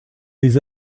les